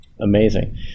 Amazing